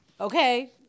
okay